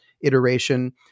iteration